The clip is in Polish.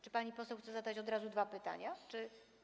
Czy pani poseł chce zadać od razu dwa pytania czy.